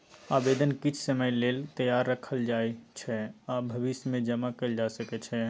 आबेदन किछ समय लेल तैयार राखल जाइ छै आर भविष्यमे जमा कएल जा सकै छै